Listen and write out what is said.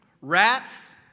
Rats